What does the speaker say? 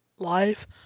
Life